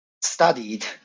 studied